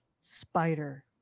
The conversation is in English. Spider